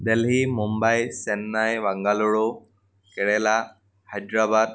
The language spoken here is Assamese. দেলহী মুম্বাই চেন্নাই বাংগালোৰু কেৰেলা হায়দৰাবাদ